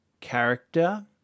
character